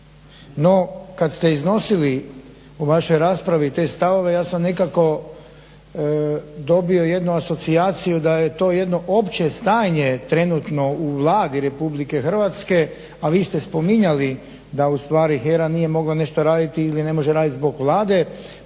No, kad ste iznosili u vašoj raspravi te stavove ja sam nekako dobio jednu asocijaciju da je to jedno opće stanje trenutno u Vladi RH, a vi ste spominjali da ustvari HERA nije mogla nešto raditi ili ne može raditi zbog Vlade